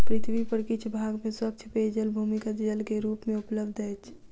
पृथ्वी पर किछ भाग में स्वच्छ पेयजल भूमिगत जल के रूप मे उपलब्ध अछि